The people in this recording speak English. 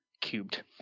Cubed